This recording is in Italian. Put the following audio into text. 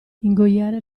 ingoiare